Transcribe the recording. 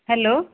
hello